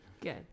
Good